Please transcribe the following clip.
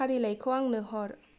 फारिलाइखौ आंनो हर